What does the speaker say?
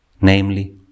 namely